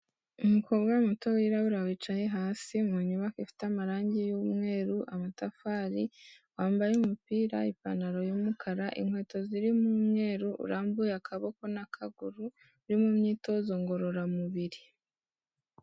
Umukobwa muto wirabura wicaye hasi mu nyubako ifite amarangi y'umweru, amatafari, wambaye umupira, ipantaro y'umukara, inkweto ziririmo umweru, urambuye akaboko n'akaguru, uiri mu myitozo ngororamubiri.